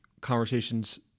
conversations